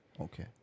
Okay